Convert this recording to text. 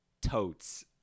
totes